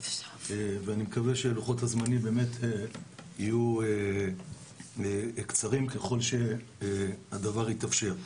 ואני מקווה שלוחות הזמנים באמת יהיו קצרים ככל שהדבר יתאפשר.